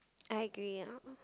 I agree